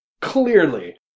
Clearly